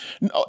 No